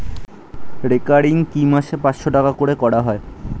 Recurring কি মাসে পাঁচশ টাকা করে করা যায়?